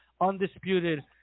undisputed